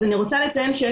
אני מתנצל על האיחור,